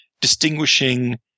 distinguishing